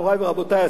מורי ורבותי,